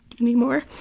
Anymore